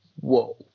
whoa